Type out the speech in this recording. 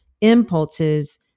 impulses